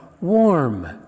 warm